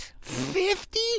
Fifty